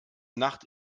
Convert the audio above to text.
nacht